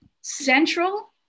central